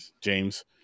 James